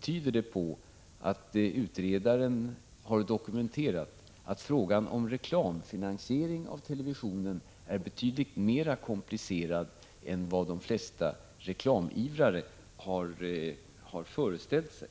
tyder på att utredaren har dokumenterat att frågan om reklamfinansiering i televisionen är betydligt mer komplicerad än vad de flesta reklamivrare har föreställt sig.